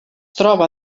troba